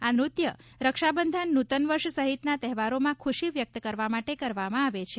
આ નૃત્ય રક્ષાબંધન નુતનવર્ષ સહિતના તહેવારોમાં ખુશી વ્યક્ત કરવા માટે કરવામાં આવે છે